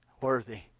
Worthy